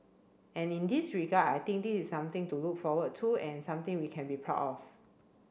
and in this regard I think this is something to look forward to and something we can be proud of